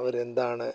അവർ എന്താണ്